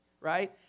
right